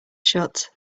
shut